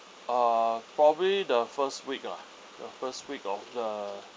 uh probably the first week lah the first week of the